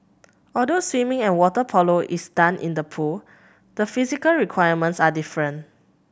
although swimming and water polo are done in the pool the physical requirements are different